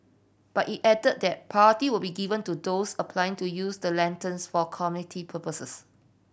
but it added that priority will be given to those applying to use the lanterns for community purposes